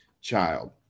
child